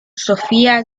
sofia